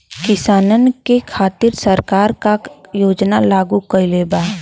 किसानन के खातिर सरकार का का योजना लागू कईले बा?